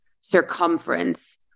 circumference